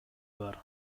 бар